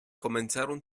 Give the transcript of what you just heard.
comenzaron